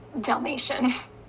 Dalmatians